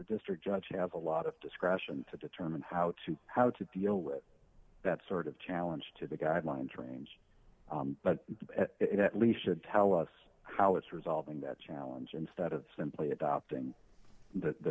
district judge has a lot of discretion to determine how to how to deal with that sort of challenge to the guidelines frames but at least should tell us how it's resolving that challenge instead of simply adopting the